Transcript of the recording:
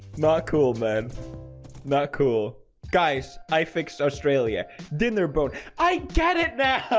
not cool man not cool guys i fix australia ding their boat i get it that